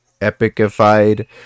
epicified